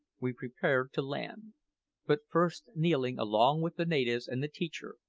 we prepared to land but first kneeling along with the natives and the teacher,